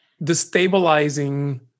destabilizing